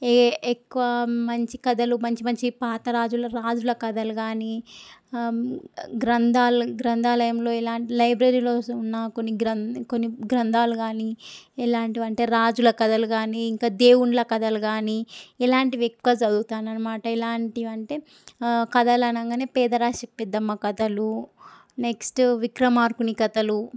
ఏ ఎక్కువ మంచి కథలు మంచి మంచి పాత రాజులు రాజుల కథలు గానీ గ్రంథాల్ గ్రంథాలయంలో ఇలాంటి లైబ్రరీలో ఉన్న కొన్ని గ్రంథ కొన్ని గ్రంథాలు కానీ ఎలాంటివి అంటే రాజుల కథలు కనీ ఇంకా దేవుళ్ళ కథలు కానీ ఇలాంటివి ఎక్కువ చదువుతాను అనమాట ఇలాంటివి అంటే కథలనంగానే పేదరాశి పెద్దమ్మ కథలు నెక్స్ట్ విక్రమార్కుని కథలు